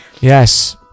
Yes